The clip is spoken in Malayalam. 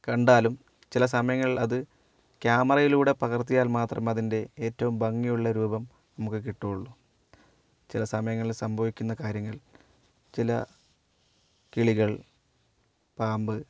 കണ്ടാലും ചില സമയങ്ങളിൽ അത് ക്യാമറയിലൂടെ പകർത്തിയാൽ മാത്രമേ അതിൻ്റെ ഏറ്റവും ഭംഗിയുള്ള രൂപം നമുക്ക് കിട്ടുകയുള്ളു ചില സമയങ്ങളിൽ സംഭവിക്കുന്ന കാര്യങ്ങൾ ചില കിളികൾ പാമ്പ്